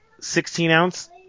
16-ounce